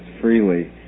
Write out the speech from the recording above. freely